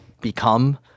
become